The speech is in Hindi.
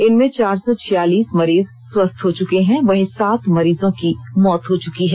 इनमें चार सौ छियालीस मरीज स्वस्थ हो चुके हैं वहीं सात मरीजों की मौत हो चुकी है